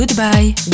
Goodbye